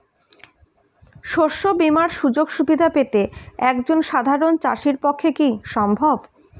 শস্য বীমার সুযোগ সুবিধা পেতে একজন সাধারন চাষির পক্ষে কি সম্ভব?